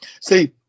See